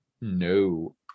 No